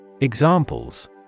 Examples